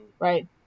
right